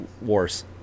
wars